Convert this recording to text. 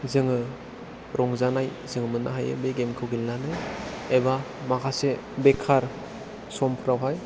जोङो रंजानाय जोङो मोननो हायो बे गेम खौ गेलेनानै एबा माखासे बेकार समफोरावहाय